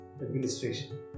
administration